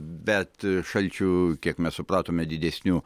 bet šalčių kiek mes supratome didesnių